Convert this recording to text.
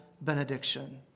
benediction